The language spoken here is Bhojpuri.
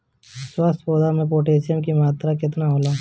स्वस्थ पौधा मे पोटासियम कि मात्रा कितना होला?